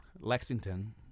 lexington